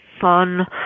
fun